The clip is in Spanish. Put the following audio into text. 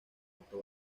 alto